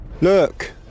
Look